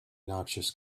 noxious